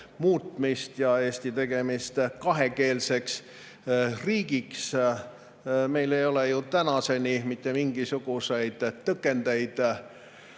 muutmist ja Eesti tegemist kakskeelseks riigiks. Meil ei ole ju tänaseni mitte mingisuguseid tõkendeid